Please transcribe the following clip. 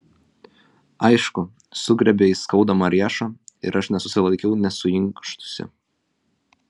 aišku sugriebė jis skaudamą riešą ir aš nesusilaikiau nesuinkštusi